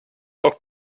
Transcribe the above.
auch